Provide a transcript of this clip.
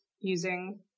using